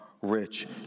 rich